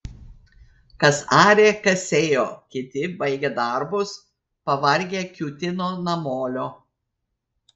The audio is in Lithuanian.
kas arė kas sėjo kiti baigę darbus pavargę kiūtino namolio